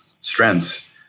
strengths